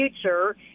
future